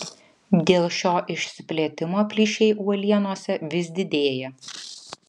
dėl šio išsiplėtimo plyšiai uolienose vis didėja